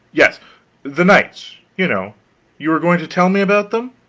yes the knights, you know you were going to tell me about them.